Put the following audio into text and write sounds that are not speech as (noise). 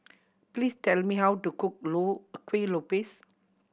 please tell me how to cook (unintelligible) Kueh Lopes